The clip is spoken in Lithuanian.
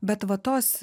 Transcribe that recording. bet va tos